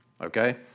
okay